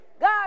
God